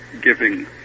giving